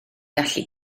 gallu